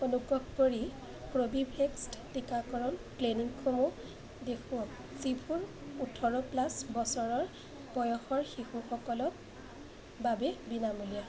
অনুগ্ৰহ কৰি কৰ্বীভেক্স টীকাকৰণ ক্লিনিকসমূহ দেখুৱাওক যিবোৰ ওঠৰ প্লাছ বছৰৰ বয়সৰ শিশুসকলৰ বাবে বিনামূলীয়া